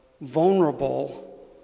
vulnerable